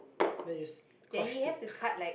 then you use scotch tape